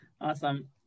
Awesome